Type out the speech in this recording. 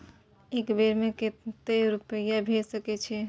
एक बार में केते रूपया भेज सके छी?